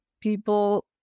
people